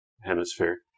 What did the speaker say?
Hemisphere